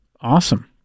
Awesome